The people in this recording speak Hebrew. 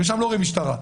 ולשם לא מביאים משטרה.